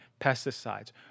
pesticides